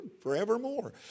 forevermore